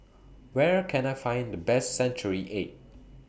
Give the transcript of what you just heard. Where Can I Find The Best Century Egg